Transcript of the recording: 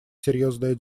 серьезное